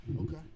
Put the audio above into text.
Okay